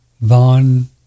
Vaughn